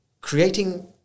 creating